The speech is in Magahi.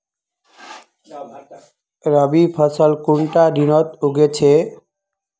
रवि फसल कुंडा दिनोत उगैहे?